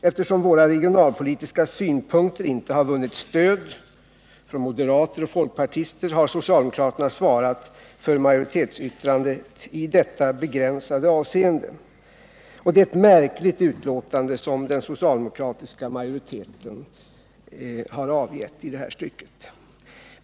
Eftersom våra regionalpolitiska synpunkter inte har vunnit stöd från moderater och folkpartister har socialdemokraterna svarat för majoritetsyttrandet i detta begränsade avsnitt, och det är ett märkligt utlåtande som den socialdemokratiska majoriteten har avgett.